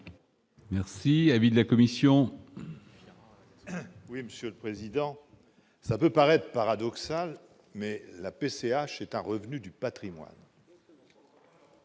Merci, avis de la commission. Oui, Monsieur le Président, ça peut paraître paradoxal, mais la PCH revenus du Patrimoine.